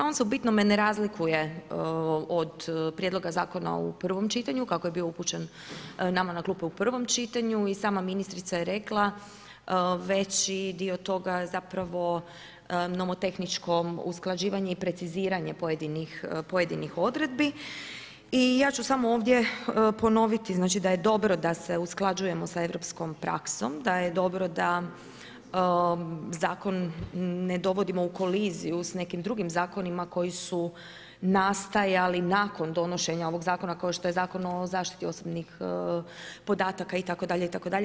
On se u bitnome ne razlikuje od Prijedloga Zakona u prvom čitanju, kako je bio upućen nama na klupe u prvom čitanju i sama ministrica je rekla veći dio toga zapravo nomotehničko usklađivanje i preciziranje pojedinih odredbi i ja ću samo ovdje ponoviti znači, da je dobro da se usklađujemo sa europskom praksom, da je dobro Zakon ne dovodimo u koliziju s nekim drugim zakonima koji su nastajali nakon donošenja ovog Zakona, kao što je Zakon o zaštiti osobnih podataka itd., itd.